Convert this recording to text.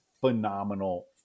phenomenal